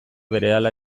berehala